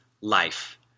life